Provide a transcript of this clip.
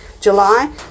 July